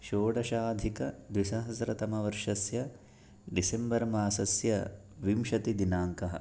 षोडशाधिकद्विसहस्रतमवर्षस्य December मासस्य विंशतिदिनाङ्कः